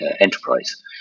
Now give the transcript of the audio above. enterprise